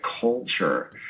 culture